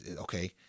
okay